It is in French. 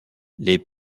les